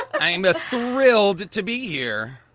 i'm thrilled to be here.